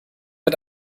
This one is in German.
mit